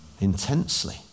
intensely